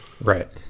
Right